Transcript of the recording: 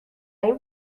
این